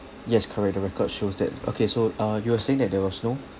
yes correct the record shows that okay so uh you were saying that there was no